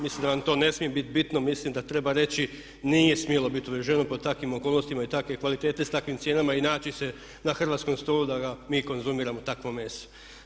Mislim da vam to ne smije biti bitno, mislim da treba reći nije smjelo biti uvezeno pod takvih okolnostima i takve kvalitete i s takvim cijenama i naći se na hrvatskom stolu da ga mi konzumiramo takvo meso.